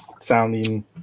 sounding